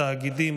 תאגידים,